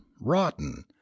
rotten